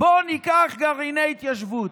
בוא ניקח גרעיני התיישבות.